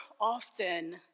often